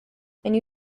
and